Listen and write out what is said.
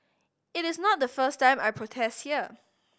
it is not the first time I protest here